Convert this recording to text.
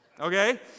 okay